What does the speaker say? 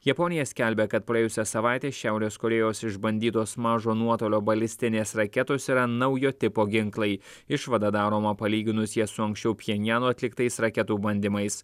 japonija skelbia kad praėjusią savaitę šiaurės korėjos išbandytos mažo nuotolio balistinės raketos yra naujo tipo ginklai išvada daroma palyginus jas su anksčiau pchenjano atliktais raketų bandymais